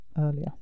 earlier